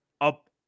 up